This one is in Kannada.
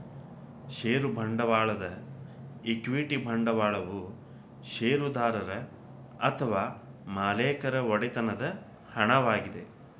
ಷೇರು ಬಂಡವಾಳದ ಈಕ್ವಿಟಿ ಬಂಡವಾಳವು ಷೇರುದಾರರು ಅಥವಾ ಮಾಲೇಕರ ಒಡೆತನದ ಹಣವಾಗಿದೆ